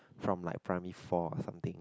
from like primary four or something